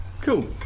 Cool